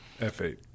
F8